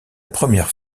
première